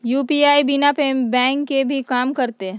UPI बिना bank के भी कम करतै?